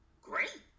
Great